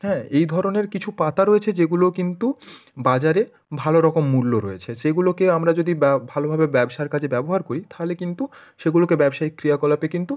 হ্যাঁ এই ধরনের কিছু পাতা রয়েছে যেগুলো কিন্তু বাজারে ভালো রকম মূল্য রয়েছে সেগুলোকে আমরা যদি বা ভালোভাবে ব্যবসার কাজে ব্যবহার করি থাহলে কিন্তু সেগুলোকে ব্যবসায়িক ক্রিয়াকলাপে কিন্তু